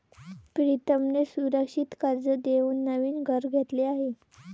प्रीतमने सुरक्षित कर्ज देऊन नवीन घर घेतले आहे